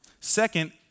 Second